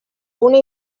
una